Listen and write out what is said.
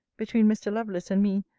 between mr. lovelace and me,